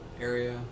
area